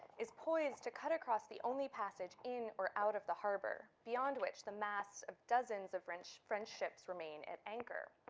is poised to cut across the only passage in or out of the harbor beyond which the masts of dozens of wrenched friendships remain at anchor.